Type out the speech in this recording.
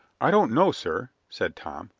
i don't know, sir, said tom.